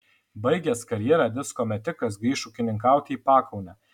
baigęs karjerą disko metikas grįš ūkininkauti į pakaunę